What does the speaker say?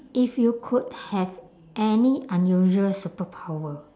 if you could have any unusual superpower